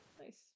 Nice